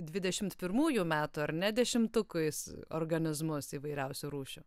dvidešimt pirmųjų metų ar ne dešimtukus organizmus įvairiausių rūšių